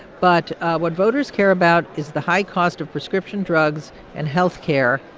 but what voters care about is the high cost of prescription drugs and health care,